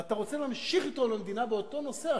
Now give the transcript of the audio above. ואתה רוצה להמשיך לתרום למדינה באותו נושא,